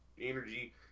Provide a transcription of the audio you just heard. energy